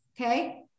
Okay